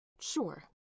Sure